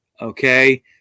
Okay